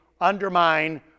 undermine